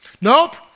Nope